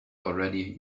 already